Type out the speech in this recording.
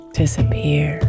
disappear